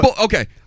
Okay